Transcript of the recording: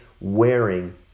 wearing